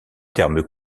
termes